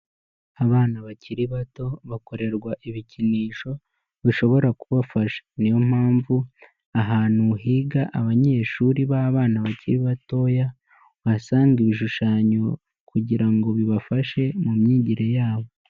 Abana bakiri bato bakorerwa ibikinisho, bishobora kubafasha, niyo mpamvu ahantu higa abanyeshuri babana bakiri batoya, uhasanga ibishushanyo kugira ngo bibafashe, mu myigire yabo.